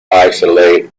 isolate